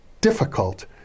difficult